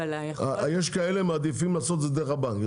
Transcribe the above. יש כאלה שמעדיפים לעשות את זה דרך הבנק,